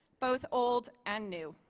both old and new.